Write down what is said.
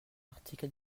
article